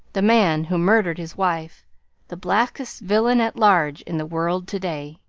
the man who murdered his wife the blackest villain at large in the world to-day!